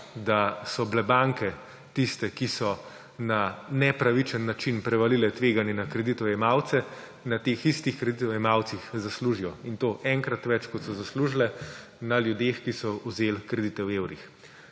da so bile banke tiste, ki so na nepravičen način prevalila tveganje na kreditojemalce, da na teh istih kreditojemalcih zaslužijo; in to enkrat več, kot so zaslužile na ljudeh, ki so vzeli kredite v evrih.